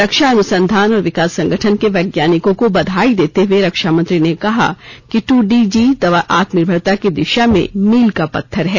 रक्षा अनुसंधान और विकास संगठन के वैज्ञानिकों को बधाई देते हुए रक्षा मंत्री ने कहा कि टू डी जी दवा आत्मनिर्भरता की दिशा में मील का पत्थर है